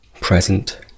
present